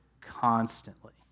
constantly